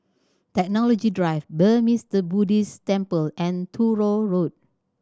Technology Drive Burmese Buddhist Temple and Truro Road